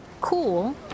cool